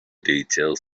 details